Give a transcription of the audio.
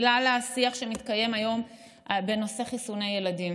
שמתקיים היום בנושא חיסוני ילדים.